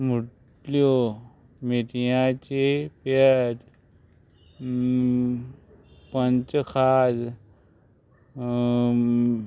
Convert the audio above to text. म्हुटल्यो मेथयाची पेज पंच खाज